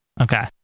Okay